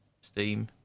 Steam